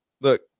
Look